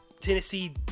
Tennessee